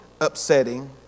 upsetting